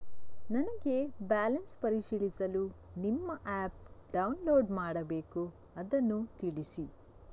ನನಗೆ ಬ್ಯಾಲೆನ್ಸ್ ಪರಿಶೀಲಿಸಲು ನಿಮ್ಮ ಆ್ಯಪ್ ಡೌನ್ಲೋಡ್ ಮಾಡಬೇಕು ಅದನ್ನು ತಿಳಿಸಿ?